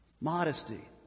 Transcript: Modesty